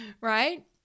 right